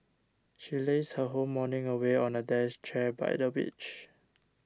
she lazed her whole morning away on a dash chair by the beach